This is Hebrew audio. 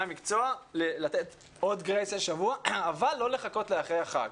המקצוע לתת עוד גרייס של שבוע אבל לא לחכות לאחרי החג.